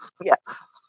yes